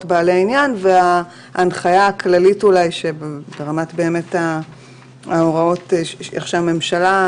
בעלי עניין וההנחיה הכללית ברמת הוראות הממשלה,